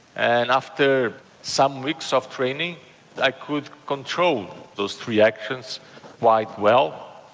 and after some weeks of training i could control those three actions quite well.